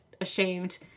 ashamed